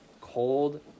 cold